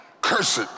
cursed